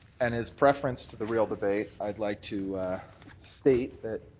and as preference to the real debate i'd like to state that